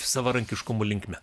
savarankiškumo linkme